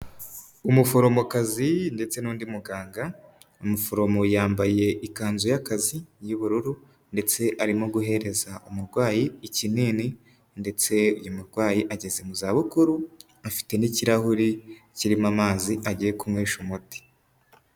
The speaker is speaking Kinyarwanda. Umuforomokazi ndetse n'undi muganga, umuforomo yambaye ikanzu y'akazi y'ubururu, ndetse arimo guhereza umurwayi ikinini, ndetse uyu murwayi ageze mu zabukuru, afite n'ikirahuri kirimo amazi agiye kunywesha umuti.